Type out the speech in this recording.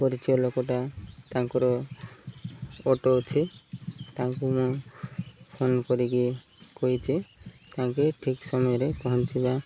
ପରିଚୟ ଲୋକଟା ତାଙ୍କର ଅଟୋ ଅଛି ତାଙ୍କୁ ମୁଁ ଫୋନ କରିକି କହିଛି ତାଙ୍କେ ଠିକ୍ ସମୟରେ ପହଞ୍ଚିବା